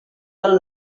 del